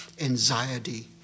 anxiety